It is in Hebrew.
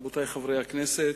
רבותי חברי הכנסת,